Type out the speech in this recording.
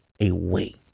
away